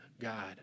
God